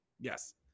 Yes